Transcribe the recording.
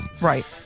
right